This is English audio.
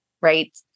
right